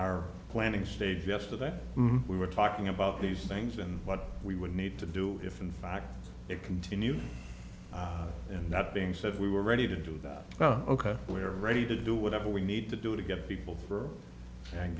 our planning stage yesterday we were talking about these things and what we would need to do if in fact it continued and that being said we were ready to do that ok we're ready to do whatever we need to do to get people for and